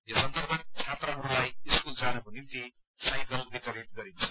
यस अन्तर्गत छात्राहरूलाई स्कूल जानको निम्ति साइकल वितरित गरिन्छ